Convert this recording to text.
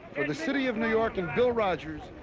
the city of new york and bill rodgers,